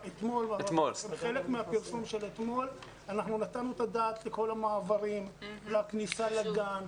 כחלק מהפרסום אתמול אנחנו נתנו את הדעת לכל העברים, לכניסה לגן,